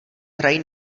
hrají